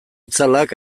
itzalak